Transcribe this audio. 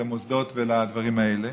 למוסדות ולדברים האלה,